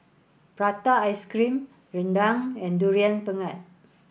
Prata Ice cream Rendang and durian pengat